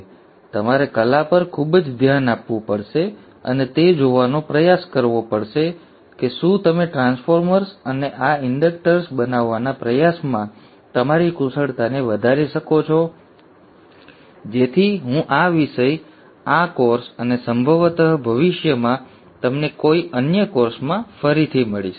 તેથી તમારે કલા પર ખૂબ ધ્યાન આપવું પડશે અને તે જોવાનો પ્રયાસ કરવો પડશે કે શું તમે ટ્રાન્સફોર્મર્સ અને આ ઇન્સ્ટ્રક્ટર્સ બનાવવાના પ્રયાસમાં તમારી કુશળતાને વધારી શકો છો જેથી હું આ વિષય આ કોર્સ અને સંભવત ભવિષ્યમાં તમને કોઈ અન્ય કોર્સમાં ફરીથી મળીશ